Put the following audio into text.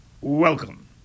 Welcome